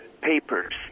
papers